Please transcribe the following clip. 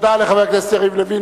תודה לחבר הכנסת יריב לוין.